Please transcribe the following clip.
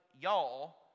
y'all